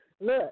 look